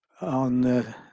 on